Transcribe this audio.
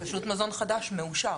פשוט מזון חדש מאושר.